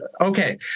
okay